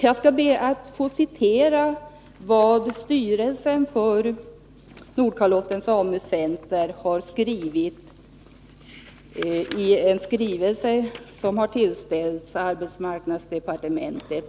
Jag skall be att få citera vad styrelsen för Nordkalottens AMU-center har skrivit i en skrivelse som har tillställts arbetsmarknadsdepartementet.